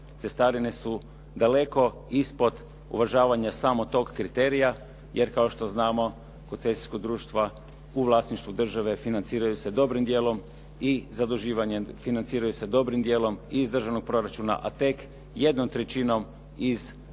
cestarine su daleko ispod uvažavanja samo tog kriterija jer kao što znamo koncesijska društva u vlasništvu države financiraju se dobrim djelom i zaduživanjem, financiraju se dobrim djelom i iz državnog proračuna a tek jednom trećinom iz naknade